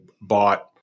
bought